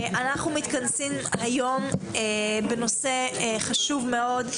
אנחנו מתכנסים היום בנושא חשוב מאוד.